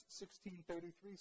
16.33